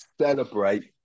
Celebrate